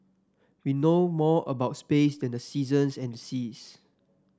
we know more about space than the seasons and the seas